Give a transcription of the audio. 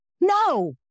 No